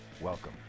welcome